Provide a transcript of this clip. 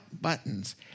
buttons